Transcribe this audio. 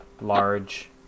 large